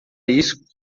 isso